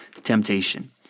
temptation